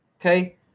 Okay